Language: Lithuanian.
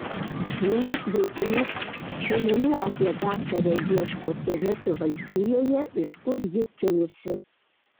vienas vaikinas duomenų apie daktarę ieško tenesio valstijoje iš kur ji kilusi